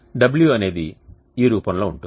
w అనేది ఈ రూపంలో ఉంటుంది